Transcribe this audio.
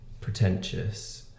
pretentious